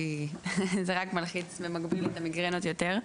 כי זה רק מלחיץ ומגביר את המיגרנות יותר,